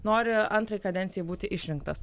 nori antrai kadencijai būti išrinktas